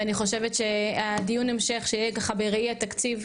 ואני חושבת שדיון ההמשך שיהיה בראי התקציב,